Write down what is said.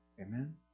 Amen